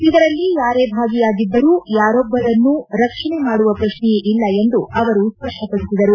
ಇದರಲ್ಲಿ ಯಾರೇ ಭಾಗಿಯಾಗಿದ್ದರೂ ಯಾರೊಬ್ಬರನ್ನೂ ರಕ್ಷಣೆ ಮಾಡುವ ಪ್ರಶ್ನೆಯೇ ಇಲ್ಲ ಎಂದು ಅವರು ಸ್ಪಪ್ಟವಡಿಸಿದರು